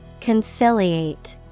Conciliate